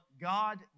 God